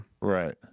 Right